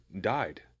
died